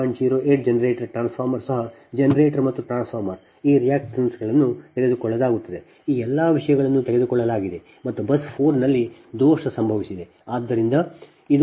08 generator ಮತ್ತು transformer ಸಹ generator ಮತ್ತು ಟ್ರಾನ್ಸ್ಫಾರ್ಮರ್ ಈ ರಿಯಾಕ್ಟನ್ಸ್ ಗಳನ್ನು ತೆಗೆದುಕೊಳ್ಳಲಾಗುತ್ತದೆ ಈ ಎಲ್ಲಾ ವಿಷಯಗಳನ್ನು ತೆಗೆದುಕೊಳ್ಳಲಾಗಿದೆ ಮತ್ತು ಬಸ್ 4 ನಲ್ಲಿ ದೋಷ ಸಂಭವಿಸಿದೆ ಸರಿ